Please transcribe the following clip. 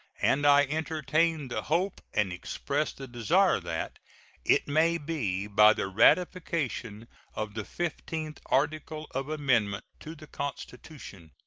and i entertain the hope and express the desire that it may be by the ratification of the fifteenth article of amendment to the constitution.